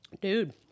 Dude